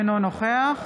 אינו נוכח